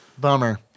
Bummer